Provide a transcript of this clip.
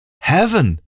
heaven